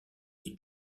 dit